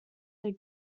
their